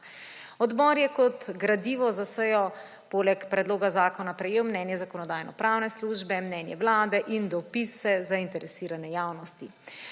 Odbor je kot gradivo za sejo poleg predloga zakona prejel mnenje Zakonodajno-pravne službe, mnenje Vlade in dopise zainteresirane javnosti.